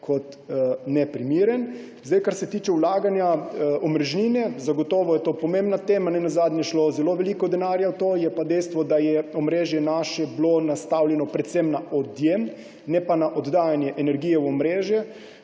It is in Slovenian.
kot neprimeren. Kar se tiče vlaganja v omrežnine. Zagotovo je to pomembna tema, ne nazadnje je šlo zelo veliko denarja v to. Je pa dejstvo, da je bilo naše omrežje nastavljeno predvsem na odjem, ne pa na oddajanje energije v omrežje.